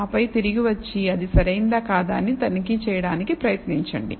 ఆపై తిరిగి వచ్చి అది సరైనదా కాదా అని తనిఖీ చేయడానికి ప్రయత్నించండి